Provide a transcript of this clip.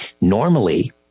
Normally